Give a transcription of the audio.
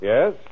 Yes